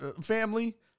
family